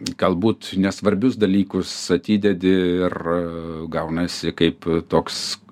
galbūt nesvarbius dalykus atidedi ir gaunasi kaip toks